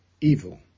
evil